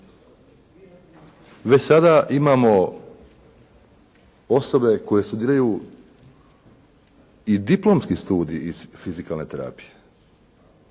Već sada imamo osobe koje studiraju i diplomski studij iz fizikalne terapije.